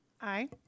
Aye